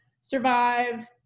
survive